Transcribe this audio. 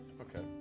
Okay